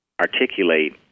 articulate